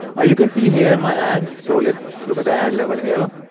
you can see here my ad. so let's look at the ad level here.